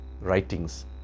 writings